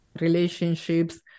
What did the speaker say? relationships